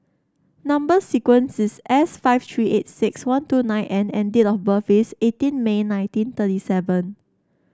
number sequence is S five three eight six one two nine N and date of birth is eighteen May nineteen thirty seven